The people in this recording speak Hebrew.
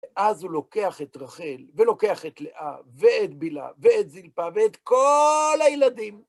אז הוא לוקח את רחל, ולוקח את לאה, ואת בלהה, ואת זלפה, ואת כל הילדים.